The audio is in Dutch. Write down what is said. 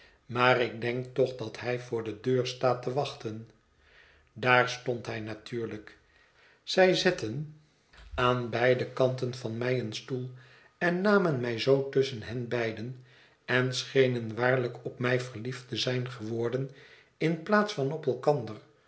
maar ik denk toch dat hij voor de deur staat te wachten daar stond hij natuurlijk zij zetten aan beide een paar verliefden kanten van mij een stoel en namen mij zoo tusschen hen beiden en schenen waarlijk op nrij verliefd te zijn geworden in plaats van op elkander